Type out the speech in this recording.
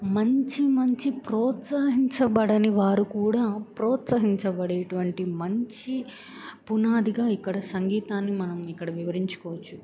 మంచి మంచి ప్రోత్సహించబడని వారు కూడా ప్రోత్సహించబడేటువంటి మంచి పునాదిగా ఇక్కడ సంగీతాన్ని మనం ఇక్కడ వివరించుకోవచ్చు